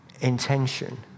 intention